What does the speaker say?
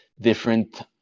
different